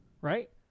Right